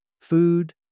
food